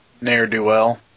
Ne'er-do-well